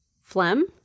phlegm